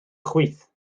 chwith